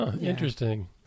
interesting